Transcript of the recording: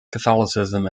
catholicism